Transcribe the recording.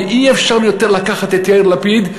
ואי-אפשר יותר לקחת את יאיר לפיד,